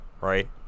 right